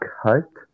cut